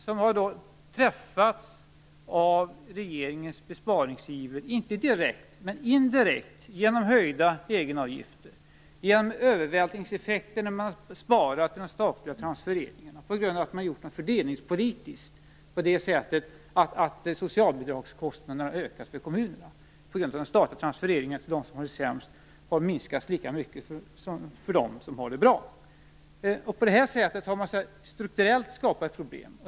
De har träffats av regeringens besparingsiver - inte direkt, men indirekt genom höjda egenavgifter och genom övervältringseffekter när man sparar på de statliga transfereringarna. Man har ju fördelningspolitiskt gjort detta på så sätt att socialbidragskostnaderna har ökat för kommunerna. De statliga transfereringarna har minskat lika mycket till dem som har det sämst som de har minskat till dem som har det bra. På det sättet har man strukturellt skapat problem.